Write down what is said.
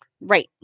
right